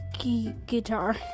Guitar